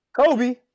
Kobe